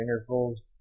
intervals